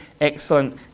excellent